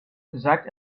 besagt